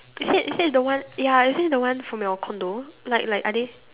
is it is it the one ya is it the one from your condo like like are they